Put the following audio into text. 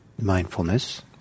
mindfulness